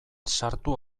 sartu